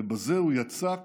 ובזה הוא יצק